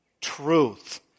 Truth